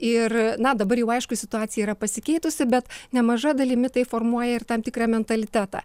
ir na dabar jau aišku situacija yra pasikeitusi bet nemaža dalimi tai formuoja ir tam tikrą mentalitetą